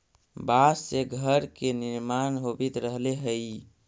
बाँस से घर के निर्माण होवित रहले हई